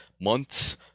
Months